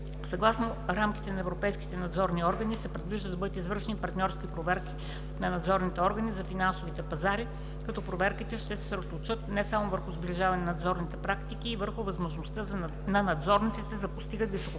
Съгласно регламентите за европейските надзорни органи се предвижда да бъдат извършвани партньорски проверки на надзорните органи на финансовите пазари, като проверките ще се съсредоточат не само върху сближаването на надзорните практики и върху възможността надзорниците да постигнат